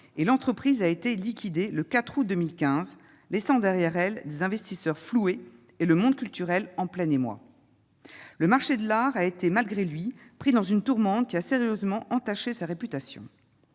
et l'entreprise a été liquidé, le 4 août 2015, laissant derrière elle des investisseurs floués et le monde culturel en plein émoi, le marché de l'art, a été malgré lui, pris dans une tourmente qui a sérieusement entaché sa réputation,